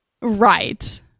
Right